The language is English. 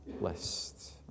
list